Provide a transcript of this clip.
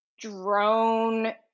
drone